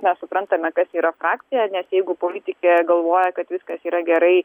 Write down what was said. mes suprantame kas yra frakcija nes jeigu politikė galvoja kad viskas yra gerai